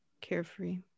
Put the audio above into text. Carefree